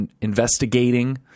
investigating